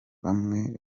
bamwe